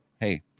hey